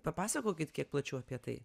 papasakokit kiek plačiau apie tai